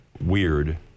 weird